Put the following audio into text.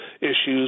issues